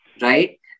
right